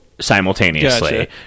simultaneously